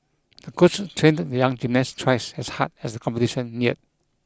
the coach trained the young gymnast twice as hard as the competition neared